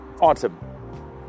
Autumn